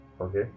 Okay